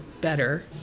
better